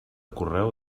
correu